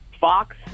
Fox